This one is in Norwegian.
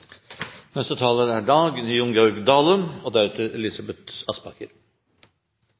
Neste taler er representanten Jon Georg Dale, deretter Elisabeth